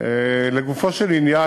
לגופו של עניין,